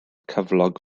cyflog